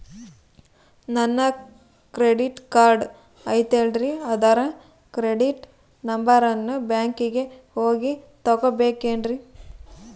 ನನ್ನ credit card ಐತಲ್ರೇ ಅದರ ಸೇಕ್ರೇಟ್ ನಂಬರನ್ನು ಬ್ಯಾಂಕಿಗೆ ಹೋಗಿ ತಗೋಬೇಕಿನ್ರಿ?